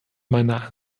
meiner